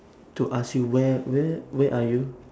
to ask you where where where are you